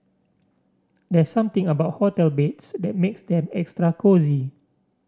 there something about hotel beds that makes them extra cosy